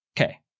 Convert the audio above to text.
Okay